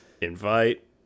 invite